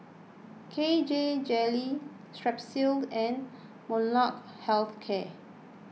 K J Jelly Strepsils and Molnylcke Health Care